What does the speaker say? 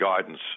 guidance